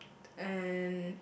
and